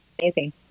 Amazing